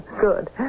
Good